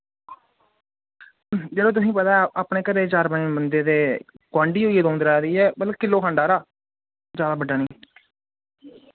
यरो तुसें पता ऐ अपने घरे दे चार पंज बंदे ते गोआंढी होई गे द'ऊं त्रै सारे मतलब किल्लो खण्ड सारा जैदा बड्डा निं